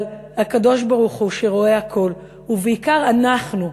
אבל הקדוש-ברוך-הוא שרואה הכול, ובעיקר אנחנו,